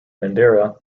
madeira